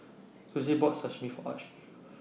Suzette bought Sashimi For Arch